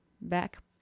back